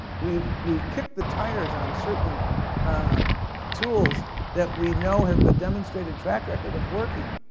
we've we've kicked the tires on certain tools that we know have a demonstrated track record of working.